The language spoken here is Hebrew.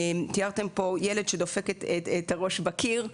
תיארתם פה ילד שדופק את הראש בקיר.